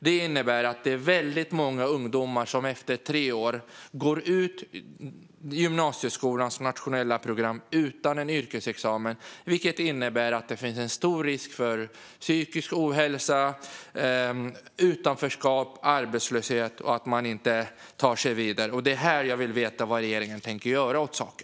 Det innebär att det är väldigt många ungdomar som efter tre år går ut gymnasieskolans nationella program utan en yrkesexamen, vilket innebär att det finns en stor risk för psykisk ohälsa, utanförskap, arbetslöshet och att man inte tar sig vidare. Det är här jag vill veta vad regeringen tänker göra åt saken.